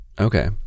Okay